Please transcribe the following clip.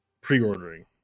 pre-ordering